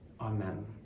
amen